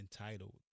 entitled